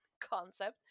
concept